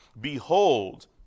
Behold